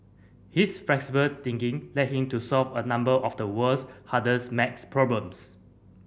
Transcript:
his flexible thinking led him to solve a number of the world's hardest maths problems